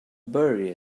bury